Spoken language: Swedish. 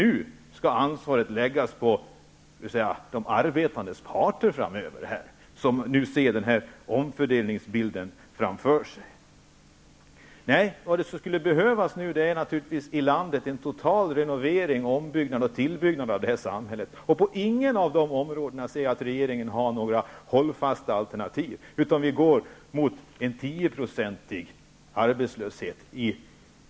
Nu skall ansvaret läggas på arbetsmarknadens parter, som ser den här omfördelningsbilden framför sig. Nej, vad som nu skulle behövas i landet är naturligtvis en total renovering, ombyggnad och tillbyggnad av samhället. På inget av de områdena ser jag att regeringen har några hållfasta alternativ. Vi går mot en 10-procentig total arbetslöshet.